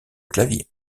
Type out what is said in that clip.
claviers